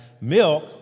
milk